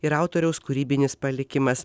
ir autoriaus kūrybinis palikimas